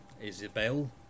Isabel